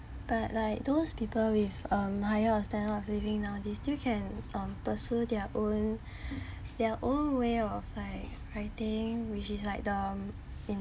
but like those people with um higher standard of living nowadays they still can um pursue their own their own way of like writing which is like the in